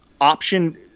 option